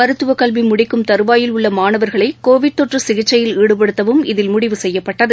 மருத்துவக் கல்வி முடிக்கும் தருவாயில் உள்ள மாணவர்களை கோவிட் நோய் சிகிச்சையில் ஈடுபடுத்தவும் இதில் முடிவு செய்யப்பட்டது